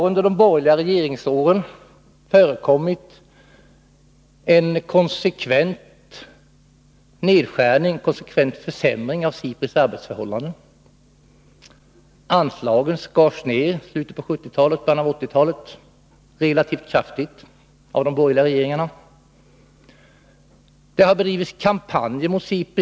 Under de borgerliga regeringsåren har det skett en konsekvent försämring av SIPRI:s arbetsförhållanden. Anslagen skars ned relativt kraftigt av de borgerliga regeringarna i slutet på 1970-talet och början av 1980-talet.